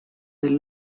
del